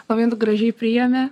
labai gražiai priėmė